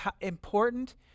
important